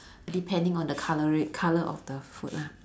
depending on the colouri~ colour of the food lah